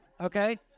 okay